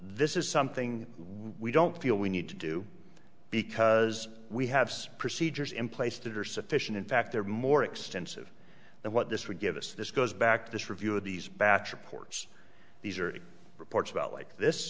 this is something we don't feel we need to do because we have some procedures in place to do or sufficient in fact there are more extensive than what this would give us this goes back to this review of these batch reports these are reports about like this